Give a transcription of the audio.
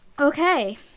okay